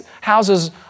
houses